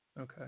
okay